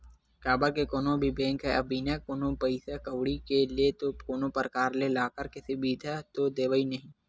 काबर के कोनो भी बेंक ह बिना कोनो पइसा कउड़ी ले तो कोनो परकार ले लॉकर के सुबिधा तो देवय नइ